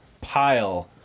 pile